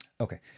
Okay